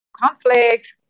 conflict